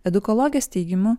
edukologės teigimu